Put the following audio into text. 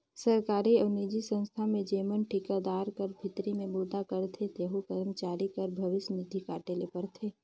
सरकारी अउ निजी संस्था में जेमन ठिकादार कर भीतरी में बूता करथे तेहू करमचारी कर भविस निधि काटे ले परथे